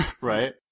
right